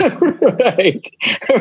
Right